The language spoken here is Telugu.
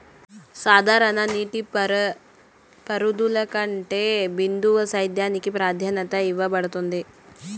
సాధారణ నీటిపారుదల కంటే బిందు సేద్యానికి ప్రాధాన్యత ఇవ్వబడుతుంది